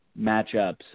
matchups